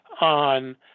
on